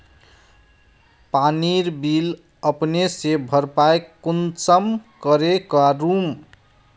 पानीर बिल अपने से भरपाई कुंसम करे करूम?